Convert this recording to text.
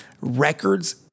records